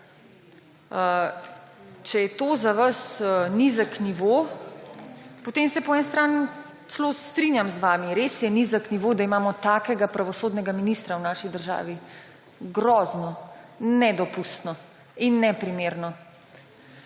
Če je to za vas nizek nivo, potem se po eni strani celo strinjam z vami. Res je nizek nivo, da imamo takega pravosodnega ministra v naši državi. Grozno, nedopustno in neprimerno.